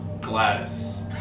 Gladys